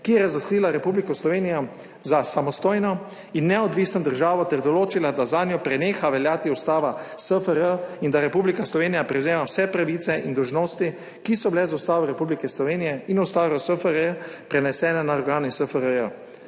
ki je razglasila Republiko Slovenijo za samostojno in neodvisno državo ter določila, da zanjo preneha veljati Ustava SFRJ in da Republika Slovenija prevzema vse pravice in dolžnosti, ki so bile z Ustavo Republike Slovenije in Ustavo SFRJ prenesene na organe SFRJ.